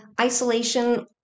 isolation